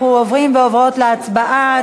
אנחנו עוברים ועוברות להצבעה.